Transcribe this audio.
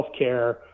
healthcare